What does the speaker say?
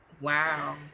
Wow